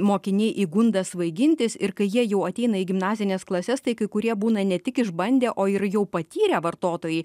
mokiniai įgunda svaigintis ir kai jie jau ateina į gimnazines klases tai kai kurie būna ne tik išbandę o ir jau patyrę vartotojai